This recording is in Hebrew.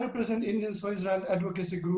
אנחנו גם רואים בעין רעה שאירלנד תגיע